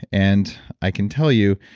and i can tell you,